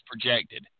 projected